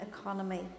economy